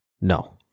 no